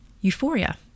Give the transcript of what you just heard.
euphoria